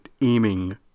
aiming